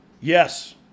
Yes